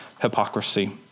hypocrisy